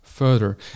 further